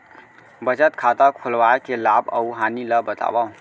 बचत खाता खोलवाय के लाभ अऊ हानि ला बतावव?